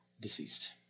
deceased